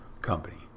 company